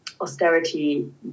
austerity